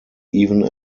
even